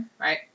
right